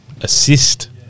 assist